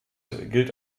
gilt